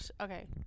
Okay